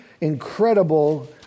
incredible